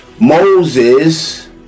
moses